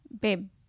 babe